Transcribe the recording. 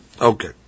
Okay